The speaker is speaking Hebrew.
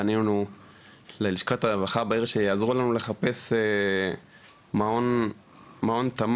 פנינו ללשכת הרווחה בעיר שיעזרו לנו לחפש מעון תמ"ת